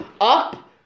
up